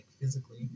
physically